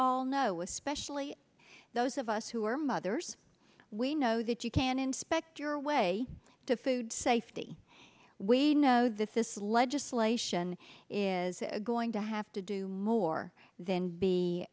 all know especially those of us who are mothers we know that you can inspect your way to food safety we know that this legislation is going to have to do more than